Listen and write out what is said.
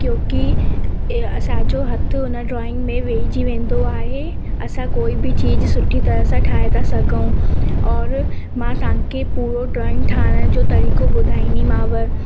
क्योकी ए असांजो हथ उन डॉइंग में वेहिजी वेंदो आहे असां कोई बि चीज सुठी तरह सां ठाहे था सघूं और मां तव्हांखे पूरो ड्रॉइंग ठाहिण जो तरीक़ो ॿुधाईंदीमांव